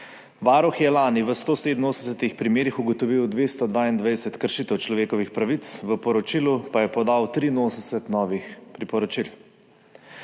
Varuh je lani v 187 primerih ugotovil 222 kršitev človekovih pravic, v poročilu pa je podal 83 novih priporočil.